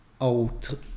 old